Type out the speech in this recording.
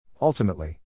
Ultimately